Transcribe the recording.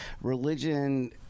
religion